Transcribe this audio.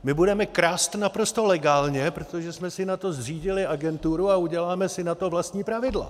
My budeme krást naprosto legálně, protože jsme si na to zřídili agenturu a uděláme si na to vlastní pravidla.